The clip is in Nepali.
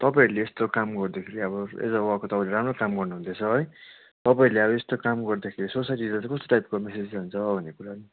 तपाईँहरूले यस्तो काम गर्दाखेरि अब एज अ वर्कर तपाईँले राम्रो काम गर्नु हुँदैछ है तपाईँहरूले अब यस्तो काम गर्दाखेरि सोसाइटीलाई चाहिँ कस्तो टाइपको मेसेज जान्छ भन्ने कुरा नि